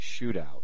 shootout